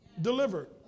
Delivered